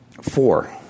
Four